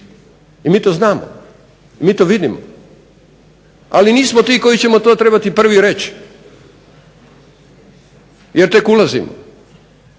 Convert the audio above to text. i mi to znamo i mi to vidimo, ali nismo ti koji ćemo to trebati prvi reći jer tek ulazimo.